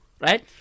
right